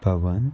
Pavan